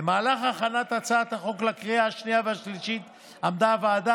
במהלך הכנת הצעת החוק לקריאה השנייה והשלישית עמדה הוועדה